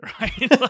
right